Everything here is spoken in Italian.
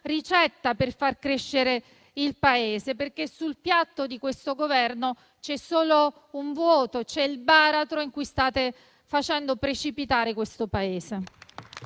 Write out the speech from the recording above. ricetta per far crescere il Paese, perché sul piatto di questo Governo c'è solo un vuoto: c'è il baratro in cui state facendo precipitare il Paese.